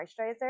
moisturizer